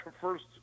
first